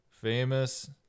Famous